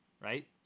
right